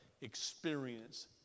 experience